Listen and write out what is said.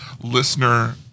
listener